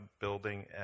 building